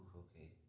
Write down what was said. okay